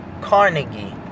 Carnegie